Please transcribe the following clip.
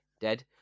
dead